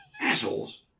Assholes